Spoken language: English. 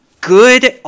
good